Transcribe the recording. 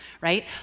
right